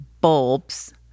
bulbs